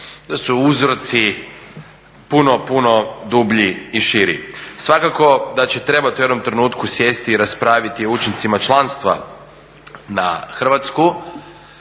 da su uzroci puno, puno dublji i širi. Svakako da će trebati u jednom trenutku sjesti i raspraviti o učincima članstva na Hrvatsku.